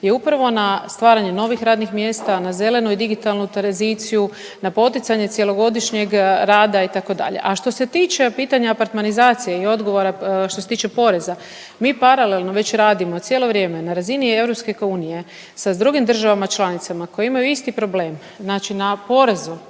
je upravo na stvaranje novih radnih mjesta, na zelenu i digitalnu tranziciju, na poticanje cjelogodišnjeg rada itd.. A što se tiče pitanja apartmanizacije i odgovora što se tiče poreza, mi paralelno već radimo cijelo vrijeme na razini EU s drugim državama članicama koje imaju isti problem znači na porezu